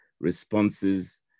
responses